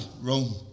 Rome